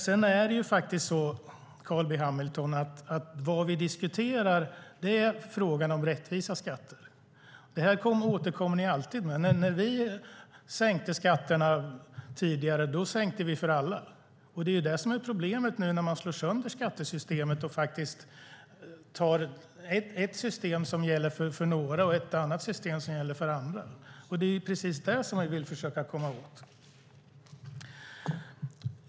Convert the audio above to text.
Sedan är det faktiskt så, Carl B Hamilton, att vad vi diskuterar är frågan om rättvisa skatter. När vi sänkte skatterna tidigare sänkte vi dem för alla. Det som är problemet nu är att man slår sönder skattesystemet och tar ett system som gäller för några och ett annat system som gäller för andra. Det är precis det som vi vill försöka komma åt.